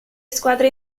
squadre